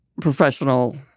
professional